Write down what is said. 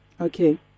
Okay